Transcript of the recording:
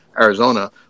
Arizona